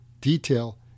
detail